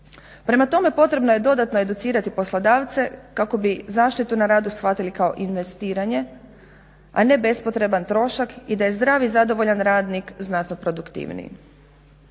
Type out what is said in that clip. Prema tome potrebno je dodatno educirati poslodavce kako bi zaštitu na radu shvatili kao investiranje, a ne bespotreban trošak i da je zdrav i zadovoljan radnik znatno produktivniji.